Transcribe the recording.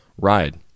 ride